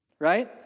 right